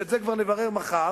ואת זה כבר נברר מחר,